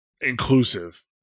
inclusive